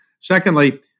Secondly